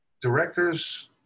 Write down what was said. directors